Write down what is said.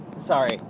sorry